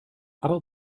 aber